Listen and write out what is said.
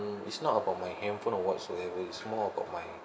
it's not about my handphone or whatsoever it's more about my